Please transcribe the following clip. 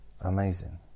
Amazing